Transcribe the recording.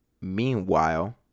Meanwhile